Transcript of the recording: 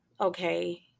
okay